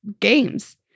games